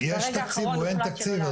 יש תקציב או אין תקציב?